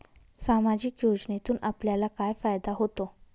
सामाजिक योजनेतून आपल्याला काय फायदा होतो?